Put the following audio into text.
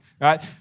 right